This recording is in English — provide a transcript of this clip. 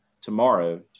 tomorrow